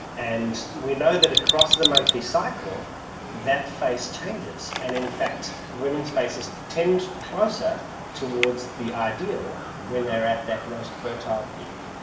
and we know that across the monthly cycle that face changes, and in fact women's faces tend closer towards the ideal when they are at their most fertile peak,